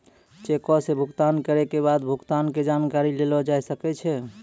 चेको से भुगतान करै के बाद भुगतान के जानकारी लेलो जाय सकै छै